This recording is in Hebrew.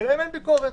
ואין עליהם ביקורת,